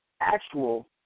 actual